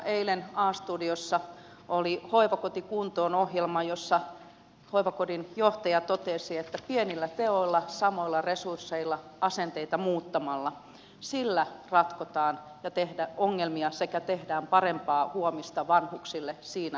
eilen a studiossa oli hoivakoti kuntoon ohjelma jossa hoivakodin johtaja totesi että pienillä teoilla samoilla resursseilla asenteita muuttamalla ratkotaan ongelmia sekä tehdään parempaa huomista vanhuksille siinä hoivakodissa